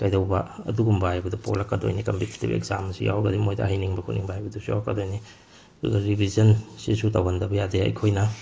ꯀꯩꯗꯧꯕ ꯑꯗꯨꯒꯨꯝꯕ ꯍꯥꯏꯕꯗꯨ ꯄꯣꯛꯂꯛꯀꯗꯣꯏꯅꯦ ꯀꯝꯄꯤꯇꯦꯇꯦꯇꯤꯚ ꯑꯦꯛꯁꯖꯥꯝꯁꯤ ꯌꯥꯎꯔꯒꯗꯤ ꯃꯣꯏꯗ ꯍꯩꯅꯤꯡꯕ ꯈꯣꯠꯅꯤꯡꯕ ꯍꯥꯏꯕꯗꯨꯁꯨ ꯌꯥꯎꯔꯛꯀꯗꯣꯏꯅꯤ ꯑꯗꯨꯒ ꯔꯤꯚꯤꯖꯟꯁꯤꯁꯨ ꯇꯧꯍꯟꯗꯕ ꯌꯥꯗꯦ ꯑꯩꯈꯣꯏꯅ